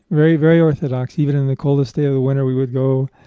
very very orthodox. even in the coldest day of winter we would go.